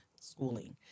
schooling